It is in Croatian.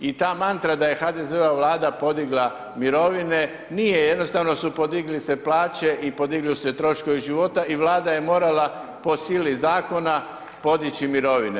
I ta mantra da je HDZ-ova Vlada podigla mirovine nije, jednostavno su podigli sve plaće i podigli su se troškovi života i Vlada je morala po sili zakona podići mirovine.